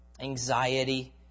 anxiety